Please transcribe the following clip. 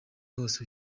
hose